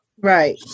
Right